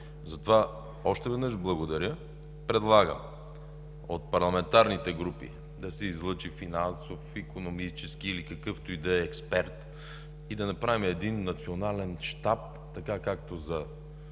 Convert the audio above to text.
Затова още веднъж благодаря. Предлагам от парламентарните групи да се излъчи финансов, икономически или какъвто и да е експерт и да направим един Национален щаб – така както за